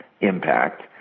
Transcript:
impact